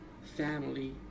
family